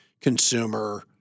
consumer